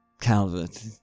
Calvert